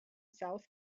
south